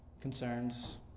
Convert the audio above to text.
concerns